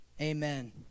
Amen